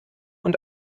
und